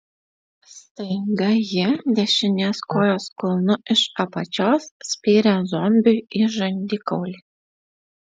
staiga ji dešinės kojos kulnu iš apačios spyrė zombiui į žandikaulį